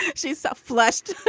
actually so flushed.